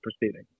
proceeding